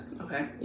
Okay